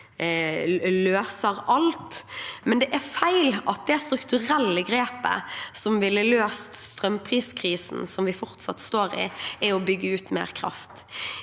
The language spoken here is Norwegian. løser alt, men det er feil at det strukturelle grepet som ville løst strømpriskrisen, som vi fortsatt står i, er å bygge ut mer kraft.